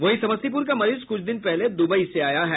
वहीं समस्तीपुर का मरीज कुछ दिन पहले दुबई से आया है